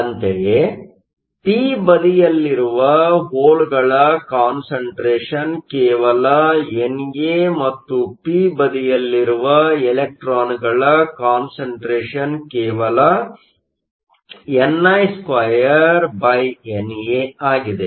ಅಂತೆಯೇ ಪಿ ಬದಿಯಲ್ಲಿರುವ ಹೋಲ್ಗಳ ಕಾನ್ಸಂಟ್ರೇಷನ್ ಕೇವಲ ಎನ್ಎ ಮತ್ತು ಪಿ ಬದಿಯಲ್ಲಿರುವ ಇಲೆಕ್ಟ್ರಾನ್ಗಳ ಕಾನ್ಸಂಟ್ರೇಷನ್ ಕೇವಲ ni2 NAಆಗಿದೆ